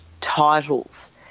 titles